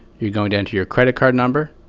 you're going to enter your credit card number,